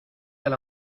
del